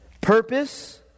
purpose